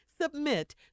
Submit